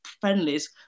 friendlies